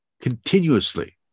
Continuously